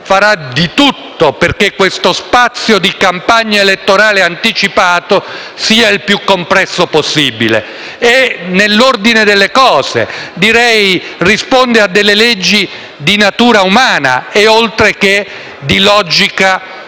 farà di tutto perché questo spazio di campagna elettorale anticipato sia il più compresso possibile, è nell'ordine delle cose, direi che risponde a delle leggi di natura umana, oltre che di logica